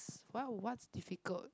s~ why what's difficult